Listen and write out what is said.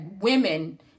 women